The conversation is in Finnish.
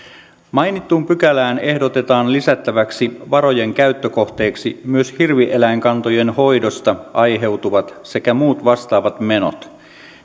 mainittuun pykälään ehdotetaan lisättäväksi varojen käyttökohteeksi myös hirvieläinkantojen hoidosta aiheutuvat sekä muut vastaavat menot